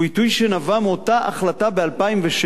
הוא עיתוי שנבע מאותה החלטה ב-2007: